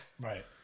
Right